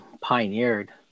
Pioneered